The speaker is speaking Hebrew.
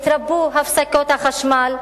התרבו הפסקות החשמל,